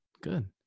Good